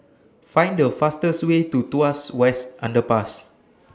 Find The fastest Way to Tuas West Underpass